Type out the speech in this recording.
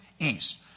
East